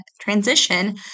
transition